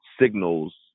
signals